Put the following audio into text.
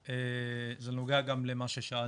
למה?